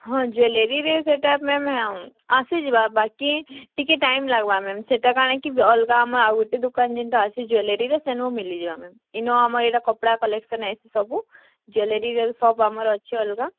ହଁ ଜ୍ଵେଲେରିରେ ସେଟା ମ୍ୟାମ୍ ଆସିଯିବା ବାକି ଟିକେ ଟାଇମ୍ ଲାଗ୍ବା ମ୍ୟାମ୍ ସେଟା କାଣା କି ଅଲ୍ଗା ଆମର୍ ଆଉ ଗୁଟେ ଦୁକାନ୍ ଯେନ୍ତା ଅଛେ ଜ୍ଵେଲେରିର ସେନୁ ମିଲିଯିବା ମ୍ୟାମ୍ ଇନ ଆମ ଏଟା କପଡ଼ା କଲେକ୍ସନ୍ ଏସବୁ ଜ୍ଵେଲେରି ସପ୍ ଆମର୍ ଅଛି ଅଲ୍ଗା